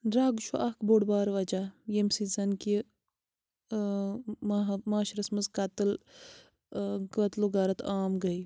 drug چھُ اَکھ بوٚڑ بارٕ وَجہ ییٚمہِ سۭتۍ زَن کہِ ٲں معاشرَس منٛز قتل ٲں قتل و غارت عام گٔے